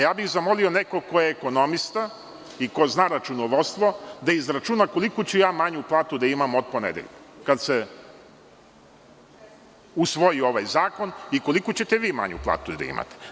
Ja bih zamolio nekog ko je ekonomista i ko zna računovodstvo da izračuna koliko ću ja manju platu da imam od ponedeljka, kad se usvoji ovaj zakon i koliko ćete vi manju platu da imate?